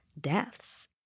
deaths